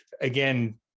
Again